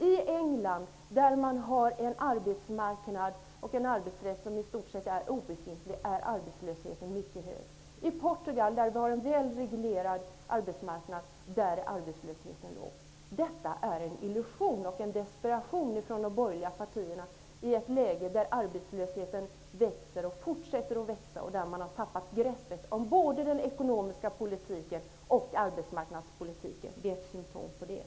I England, där arbetsrätten i stort sett är obefintlig, är arbetslösheten mycket hög. I Portugal, där det finns en väl reglerad arbetsmarknad, är arbetslösheten låg. Detta är en illusion, och det visar på en desperation hos de borgerliga partierna i ett läge då arbetslösheten växer och fortsätter att växa och då man har tappat greppet om både den ekonomiska politiken och arbetsmarknadspolitiken. Detta är ett symtom på det.